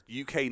UK